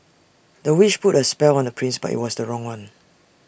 the witch put A spell on the prince but IT was the wrong one